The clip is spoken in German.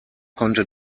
konnte